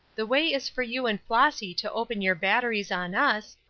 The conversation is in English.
the way is for you and flossy to open your batteries on us,